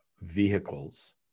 vehicles